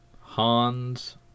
Hans